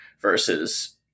versus